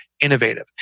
innovative